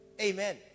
Amen